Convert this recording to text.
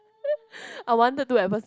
I wanted to at first